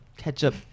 Ketchup